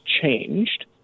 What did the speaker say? changed